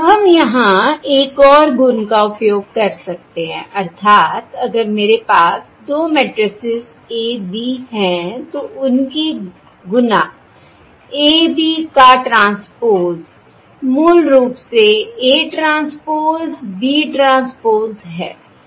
अब हम यहां एक और गुण का उपयोग कर सकते हैं अर्थात् अगर मेरे पास दो मेट्रिसेस A B हैं तो उनकी गुणा AB का ट्रांसपोज़ मूल रूप से A ट्रांसपोज़ B ट्रांसपोज़ है